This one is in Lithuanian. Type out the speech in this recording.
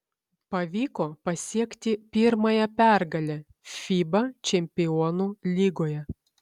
pavyko pasiekti pirmąją pergalę fiba čempionų lygoje